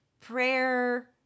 prayer